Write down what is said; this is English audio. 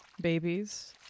babies